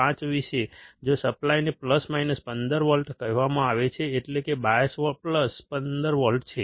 5 વિશે જો સપ્લાયને પ્લસ માઇનસ 15 વોલ્ટ કહેવામાં આવે છે એટલે કે બાયસ પ્લસ 15 વોલ્ટ છે